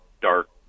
dark